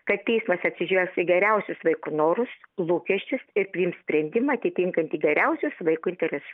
kad teismas atsižvelgs į geriausius vaiko norus lūkesčius ir priims sprendimą atitinkantį geriausius vaiko interesus